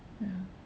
ya